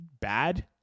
bad